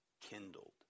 kindled